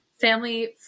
family